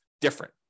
different